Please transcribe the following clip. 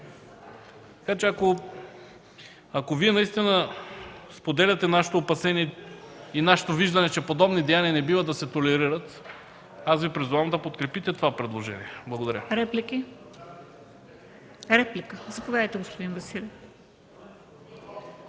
санкции”. Ако Вие наистина споделяте нашите опасения и нашето виждане, че подобни деяния не бива да се толерират, призовавам Ви да подкрепите това предложение. Благодаря.